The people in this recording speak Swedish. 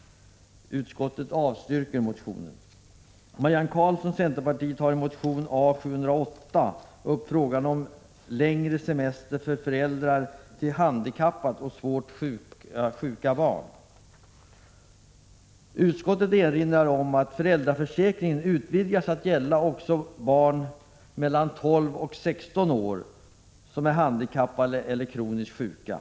Utskottet erinrar om att föräldraförsäkringen utvidgats till att gälla också barn mellan 12 och 16 år som är handikappade eller kroniskt sjuka.